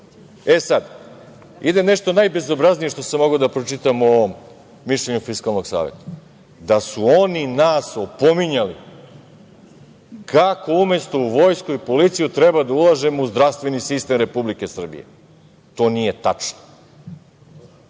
posla? Sad ide nešto najbezobraznije što sam mogao da pročitam u ovom mišljenju Fiskalnog saveta – da su oni nas opominjali kako umesto u vojsku i policiju treba da ulažemo u zdravstveni sistem Republike Srbije. To nije tačno.